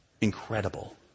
Incredible